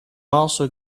also